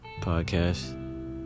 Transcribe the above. podcast